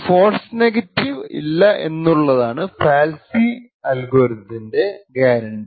false negative ഇല്ല എന്നുള്ളതാണ് FANCI അൽഗോരിതത്തിന്റെ ഗ്യാരണ്ടി